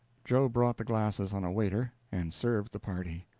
joe brought the glasses on a waiter, and served the party.